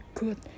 good